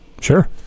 Sure